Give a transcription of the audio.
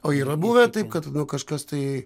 o yra buvę taip kad kažkas tai